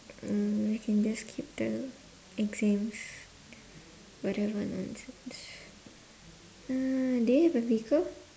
um you can just skip the exams whatever nonsense uh do you have a vehicle